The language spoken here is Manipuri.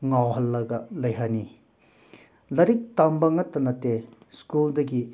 ꯉꯥꯎꯍꯜꯂꯒ ꯂꯩꯍꯟꯂꯤ ꯂꯥꯏꯔꯤꯛ ꯇꯝꯕ ꯈꯛꯇ ꯅꯠꯇꯦ ꯁ꯭ꯀꯨꯜꯗꯒꯤ